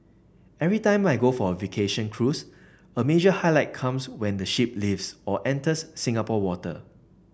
every time I go for a vacation cruise a major highlight comes when the ship leaves or enters Singapore water